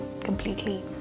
completely